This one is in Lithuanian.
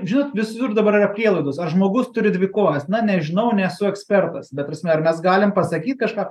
žinot visur dabar yra prielaidos ar žmogus turi dvi kojas na nežinau nesu ekspertas ta prasme ar mes galim pasakyt kažką